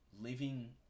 living